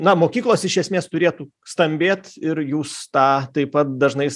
na mokyklos iš esmės turėtų stambėt ir jūs tą taip pat dažnai